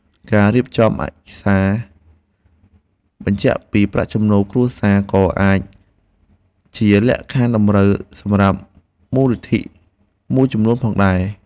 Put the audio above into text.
ការរៀបចំឯកសារបញ្ជាក់ពីប្រាក់ចំណូលគ្រួសារក៏អាចជាលក្ខខណ្ឌតម្រូវសម្រាប់មូលនិធិមួយចំនួនផងដែរ។